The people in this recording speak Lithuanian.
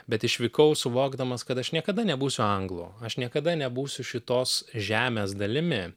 bet išvykau suvokdamas kad aš niekada nebūsiu anglu aš niekada nebūsiu šitos žemės dalimi